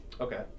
okay